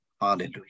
Hallelujah